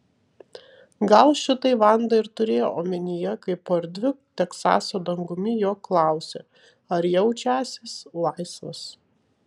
gal šitai vanda ir turėjo omenyje kai po erdviu teksaso dangumi jo klausė ar jaučiąsis laisvas